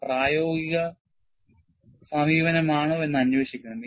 അത് പ്രായോഗിക സമീപനം ആണോ എന്ന് അന്വേഷിക്കണം